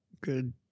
Good